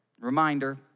Reminder